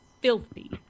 filthy